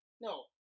No